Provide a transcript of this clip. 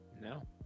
no